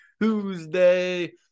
Tuesday